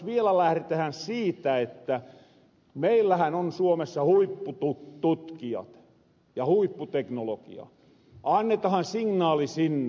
vielä lähretähän siitä että meillähän on suomessa huippututkijat ja huipputeknolokia annetahan signaali sinne